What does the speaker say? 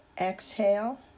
Exhale